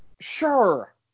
Sure